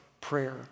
prayer